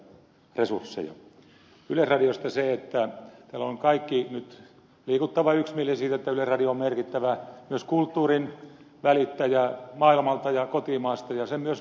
yleisradiosta se että täällä ovat kaikki nyt liikuttavan yksimielisiä siitä että yleisradio on myös merkittävä kulttuurin välittäjä maailmalta ja kotimaasta ja myös sen luoja